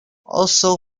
also